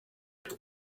there